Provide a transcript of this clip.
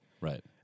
Right